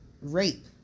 rape